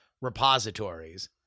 repositories